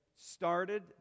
started